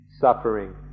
suffering